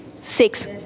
Six